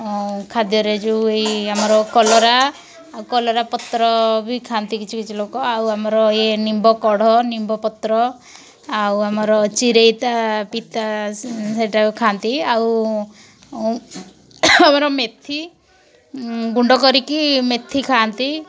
ଖାଦ୍ୟରେ ଯେଉଁ ଏଇ ଆମର କଲରା ଆଉ କଲରା ପତ୍ର ବି ଖାଆନ୍ତି କିଛି କିଛି ଲୋକ ଆଉ ଆମର ଇଏ ନିମ୍ବ କଢ଼ ନିମ୍ବ ପତ୍ର ଆଉ ଆମର ଚିରେଇତା ପିତା ସେଇଟା ବି ଖାଆନ୍ତି ଆଉ ଆମର ମେଥି ଗୁଣ୍ଡ କରିକି ମେଥି ଖାଆନ୍ତି